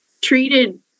treated